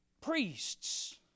priests